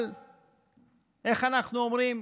אבל איך אנחנו אומרים?